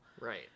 Right